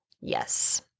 Yes